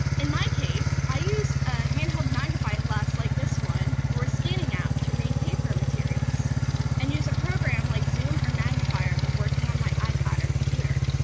in my case, i use a handheld magnifying glass, like this one, or a scanning app to read paper materials and use a program like zoom or magnifier when working on my ipad or computer.